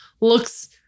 looks